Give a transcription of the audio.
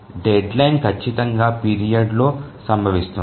deadline ఖచ్చితంగా period లో సంభవిస్తుంది